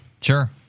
Sure